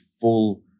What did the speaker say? full